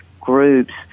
groups